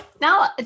now